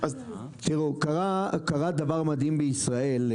קרה דבר מדהים בישראל.